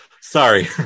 Sorry